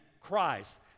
Christ